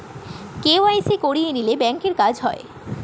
KYC করিয়ে নিলে ব্যাঙ্কের কাজ হয়